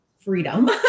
freedom